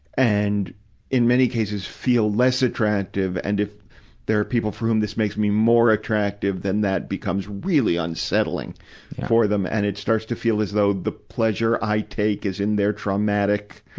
and in many cases, feel less attractive, and if there are people for whom this makes me attractive, then that becomes really unsettling for them. and it starts to feel as though the pleasure i take is in their traumatic,